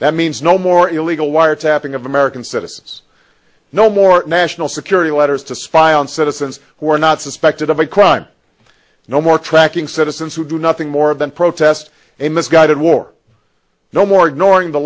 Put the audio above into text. that means no more illegal wiretapping of american citizens no more national security letters to spy on citizens who are not suspected of a crime no more tracking citizens who do nothing more than protest a misguided war no more ignoring the